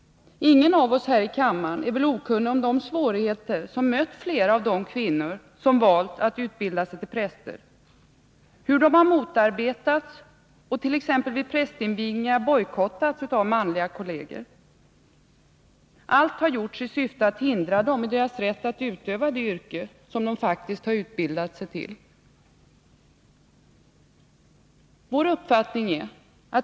Ingen av oss här i kammaren är väl okunnig om de svårigheter som mött flera av de kvinnor som valt att utbilda sig till präster, hur de har 13 motarbetats och vid prästvigning bojkottats av manliga kolleger, allt i syfte att hindra dem i deras rätt att utöva det yrke som de faktiskt har utbildat sig för.